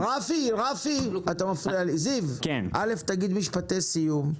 זיו, ראשית, בבקשה תגיד משפטי סיום.